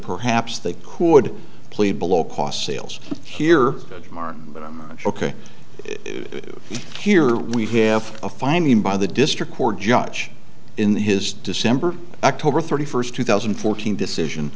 perhaps they could plead below cost sales here martin ok here we have a fine mean by the district court judge in his december october thirty first two thousand and fourteen decision